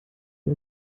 die